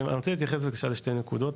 אני רוצה להתייחס לשתי נקודות,